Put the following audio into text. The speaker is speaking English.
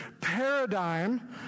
paradigm